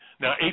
Now